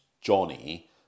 Johnny